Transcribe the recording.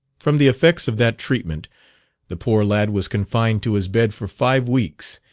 from the effects of that treatment the poor lad was confined to his bed for five weeks,